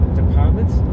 departments